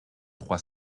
trois